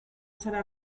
serà